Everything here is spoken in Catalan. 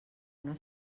una